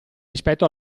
rispetto